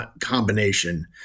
combination